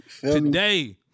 today